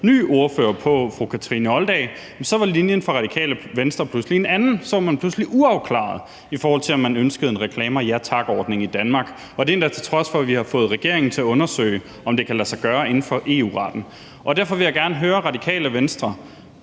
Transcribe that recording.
ny ordfører på – fru Kathrine Olldag – så var linjen hos Radikale Venstre pludselig en anden, for så var man pludselig uafklaret, i forhold til om man ønskede en Reklamer Ja Tak-ordning i Danmark, og det endda, til trods for at vi har fået regeringen til at undersøge, om det kan lade sig gøre inden for EU-retten. Derfor vil jeg gerne høre Radikale Venstre: